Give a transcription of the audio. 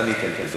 אני אתן לדב,